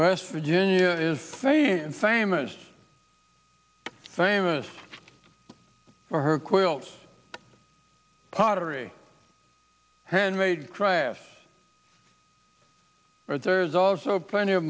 west virginia is saying famous famous for her quilts pottery handmade craft there is also plenty of